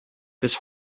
this